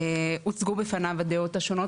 הוצגו בפניו הדעות השונות,